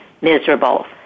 miserable